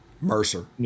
Mercer